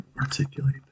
articulate